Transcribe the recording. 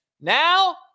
now